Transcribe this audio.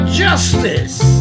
justice